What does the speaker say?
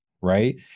right